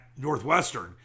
Northwestern